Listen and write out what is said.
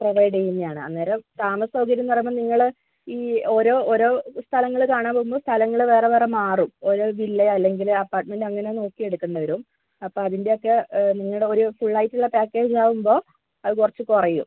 provide ചെയ്യുന്നതാണ് അന്നേരം താമസ സൗകര്യംന്ന് പറയുമ്പം നിങ്ങൾ ഈ ഓരോ ഓരോ സ്ഥലങ്ങൾ കാണാൻ പോവുമ്പം സ്ഥലങ്ങൾ വേറെ വേറെ മാറും ഓരോ വില്ലെയോ അല്ലെങ്കിൽ അപാർട്മെൻറ്റോ അങ്ങനേ നോക്കി എടുക്കേണ്ടി വരും അപ്പോൾ അതിൻറ്റെ ഒക്കെ എ നിങ്ങളുടെ ഒരു ഫുള്ളായിട്ടുള്ള ഒരു പാക്കേജ് ആവുമ്പോൾ അത് കുറച്ച് കുറയും